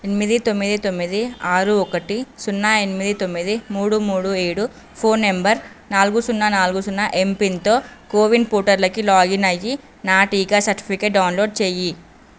ఎనిమిది తొమ్మిది తొమ్మిది ఆరు ఒకటి సున్నా ఎనిమిది తొమ్మిది మూడు మూడు ఏడు ఫోన్ నంబర్ నాలుగు సున్నా నాలుగు సున్నా ఎంపిన్తో కోవిన్ పోర్టలోకి లాగిన్ అయ్యి నా టీకా సర్టిఫికేట్ డౌన్లోడ్ చెయ్యి